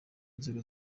inzego